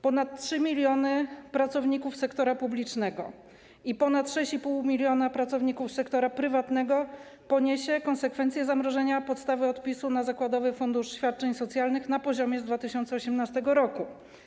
Ponad 3 mln pracowników sektora publicznego i ponad 6,5 mln pracowników sektora prywatnego poniesie konsekwencje zamrożenia podstawy odpisu na zakładowy funduszu świadczeń socjalnych na poziomie z 2018 r.